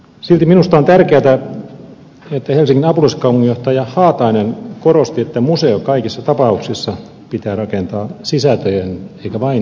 silti minusta on tärkeätä että helsingin apulaiskaupunginjohtaja haatainen korosti että museo kaikissa tapauksissa pitää rakentaa sisältöjen eikä vain seinien varaan